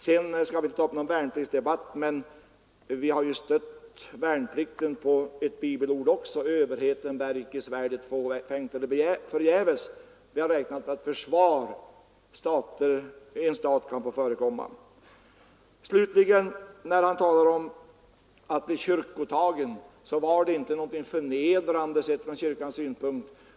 Vi skall väl inte ta upp någon värnpliktsdebatt, men vi har ju stött värnplikten på ett bibelord också: Överheten bär icke svärdet förgäves. Vi har ansett att en stat skall få ha ett försvar. Herr Dahlberg talade vidare om att bli kyrktagen. Det var inte någonting förnedrande, sett ur kyrkans synpunkt.